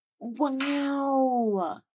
Wow